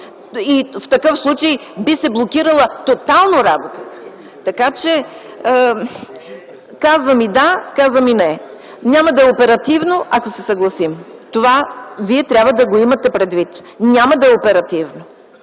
В такъв случай би се блокирала тотално работата. Така че: казвам и „да”, казвам и „не”. Няма да е оперативно, ако се съгласим. Това вие трябва да го имате предвид! Няма да е оперативно!